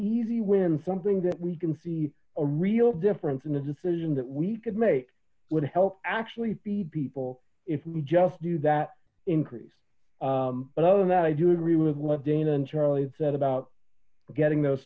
easy win something that we can see a real difference in the decision that we could make would help actually feed people if we just do that increase but other than that i do agree with what dana and charlie it said about getting those